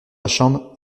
chambre